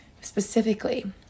Specifically